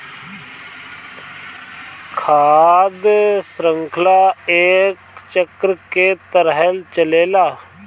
खाद्य शृंखला एक चक्र के तरह चलेला